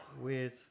weird